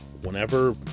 whenever